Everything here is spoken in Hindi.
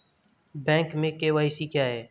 बैंक में के.वाई.सी क्या है?